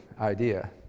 idea